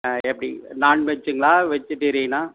ஆ எப்படி நான்வெஜ்ஜுங்களா வெஜ்ஜிடேரியனா